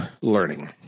learning